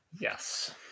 Yes